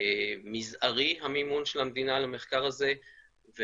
מזערי המימון של המדינה למחקר הזה,